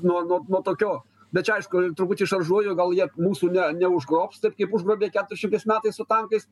nuo nuo nuo tokio bet čia aišku truputį šaržuoju gal jie mūsų ne neužgrobs taip kaip užgrobė keturiasdešimtais metais su tankais